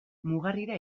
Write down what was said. mugarrira